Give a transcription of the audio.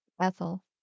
Ethel